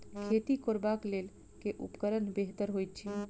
खेत कोरबाक लेल केँ उपकरण बेहतर होइत अछि?